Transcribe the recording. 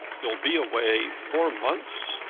you'll be away four months!